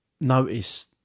notice